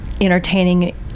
entertaining